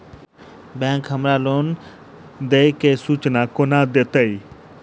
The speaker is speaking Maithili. बैंक हमरा लोन देय केँ सूचना कोना देतय?